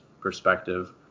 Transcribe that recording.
perspective